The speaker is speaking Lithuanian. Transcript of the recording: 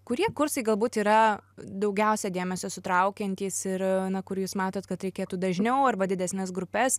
kurie kursai galbūt yra daugiausia dėmesio sutraukiantys ir kur jūs matot kad reikėtų dažniau arba didesnes grupes